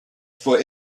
for